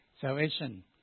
salvation